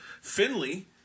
Finley